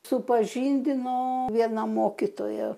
supažindino viena mokytoja